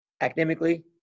academically